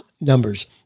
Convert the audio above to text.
numbers